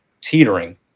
teetering